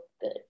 good